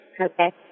Okay